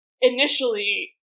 initially